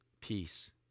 peace